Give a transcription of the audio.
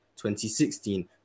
2016